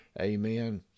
Amen